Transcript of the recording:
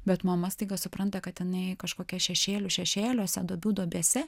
bet mama staiga supranta kad jinai kažkokia šešėlių šešėliuose duobių duobėse